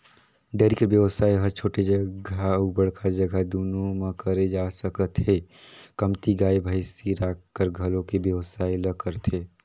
dairy कर बेवसाय ह छोटे जघा अउ बड़का जघा दूनो म करे जा सकत हे, कमती गाय, भइसी राखकर घलोक ए बेवसाय ल करथे